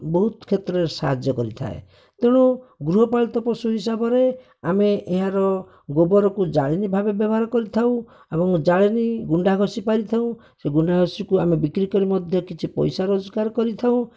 ବହୁତ୍ କ୍ଷେତ୍ରରେ ସାହାଯ୍ୟ କରିଥାଏ ତେଣୁ ଗୃହପାଳିତ ପଶୁ ହିସାବରେ ଆମେ ଏହାର ଗୋବରକୁ ଜାଳେଣୀ ରୂପେ ବ୍ୟବହାର କରିଥାଉ ଏବଂ ଜାଳେଣୀ ଗୁଣ୍ଡାଘଷି ପାରିଥାଉ ସେ ଗୁଣ୍ଡାଘଷି ଆମେ ବିକ୍ରି ମଧ୍ୟ କିଛି ପଇସା ରୋଜଗାର କରିଥାଉ